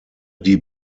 die